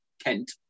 Kent